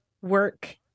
work